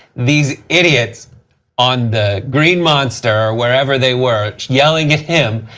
these idiots on the green monster, or wherever they were, yelling at him,